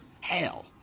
Hell